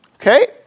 Okay